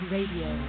Radio